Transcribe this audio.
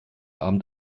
abend